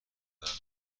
وقتها